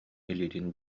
илиитин